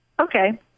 Okay